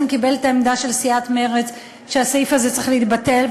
קיבל את העמדה של סיעת מרצ שהסעיף הזה צריך להתבטל,